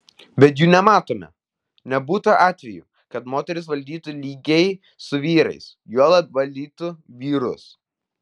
bet jų nematome nebūta atvejų kad moterys valdytų lygiai su vyrais juolab valdytų vyrus